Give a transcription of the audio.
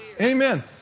Amen